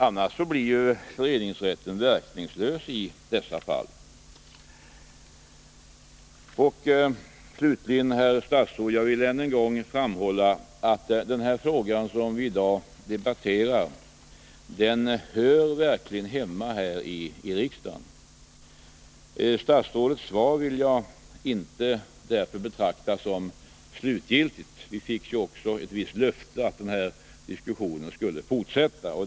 Annars blir ju föreningsrätten verkningslös i dessa fall. Slutligen vill jag än en gång framhålla att den fråga som vi i dag debatterar verkligen hör hemma här i riksdagen. Statsrådets svar vill jag därför inte betrakta som slutgiltigt. — Vi fick ju också ett visst löfte om att den här diskussionen skall fortsätta.